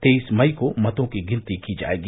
तेईस मई को मतों की गिनती की जायेगी